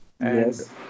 Yes